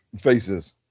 faces